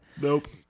nope